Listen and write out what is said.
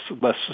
less